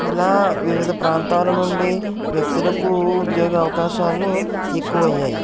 ఇలా వివిధ ప్రాంతాల నుండి వ్యక్తులకు ఉద్యోగ అవకాశాలు ఎక్కువయ్యాయి